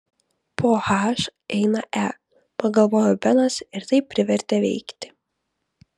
po h eina e pagalvojo benas ir tai privertė veikti